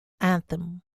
anthem